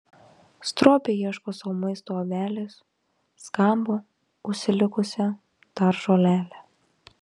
stropiai ieško sau maisto avelės skabo užsilikusią dar žolelę